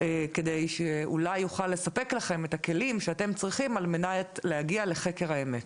כדי שאולי יוכל לספק לכם את הכלים שאתם צריכים על מנת להגיע לחקר האמת?